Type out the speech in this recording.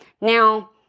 Now